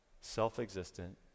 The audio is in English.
self-existent